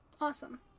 awesome